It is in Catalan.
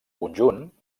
conjunt